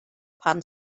pan